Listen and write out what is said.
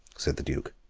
said the duke.